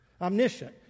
omniscient